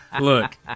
Look